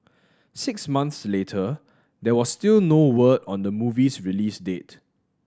six months later there was still no word on the movie's release date